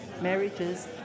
marriages